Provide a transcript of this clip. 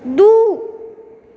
दू